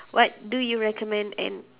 what do you recommend and